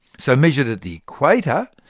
so measured at the equator,